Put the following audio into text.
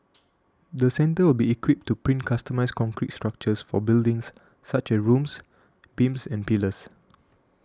the centre will be equipped to print customised concrete structures for buildings such as rooms beams and pillars